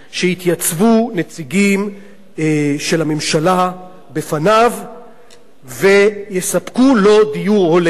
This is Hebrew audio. שיתייצבו נציגים של הממשלה בפניו ויספקו לו דיור הולם.